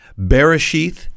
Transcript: Bereshith